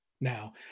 Now